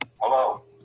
Hello